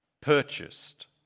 purchased